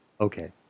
Okay